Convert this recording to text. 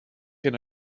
can